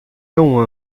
não